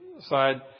side